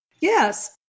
Yes